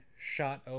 shot